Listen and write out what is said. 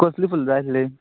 कसली फुलां जाय आसलीं